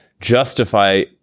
justify